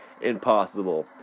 impossible